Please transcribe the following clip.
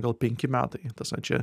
gal penki metai tas va čia